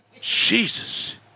Jesus